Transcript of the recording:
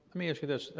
let me ask you this.